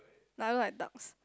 like owl like ducks